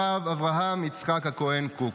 הרב אברהם יצחק הכהן קוק.